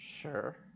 sure